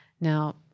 Now